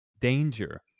danger